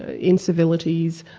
incivilities,